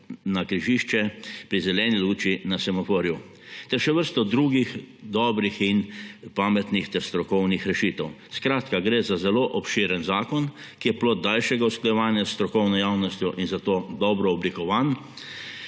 na križišče pri zeleni luči na semaforju ter še vrsto drugih dobrih in pametnih ter strokovnih rešitev. Skratka, gre za zelo obširen zakon, ki je plod daljšega usklajevanja s strokovno javnostjo, zato je dobro oblikovan